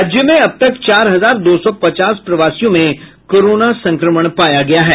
राज्य में अब तक चार हजार दो सौ पचास प्रवासियों में कोरोना संक्रमण पाया गया है